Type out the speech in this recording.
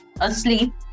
Asleep